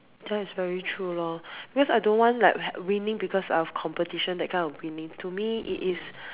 that's very true lor because I don't want like winning because of competition that kind of winning to me it is